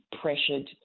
pressured